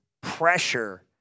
pressure